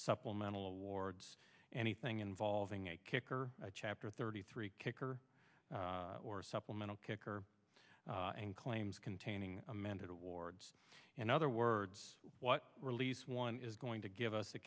supplemental awards anything involving a kicker chapter thirty three kicker or supplemental kicker and claims containing amended awards and other words what release one is going to give us the